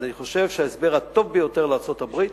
אבל אני חושב שההסבר הטוב ביותר לארצות-הברית הוא,